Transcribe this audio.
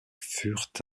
furent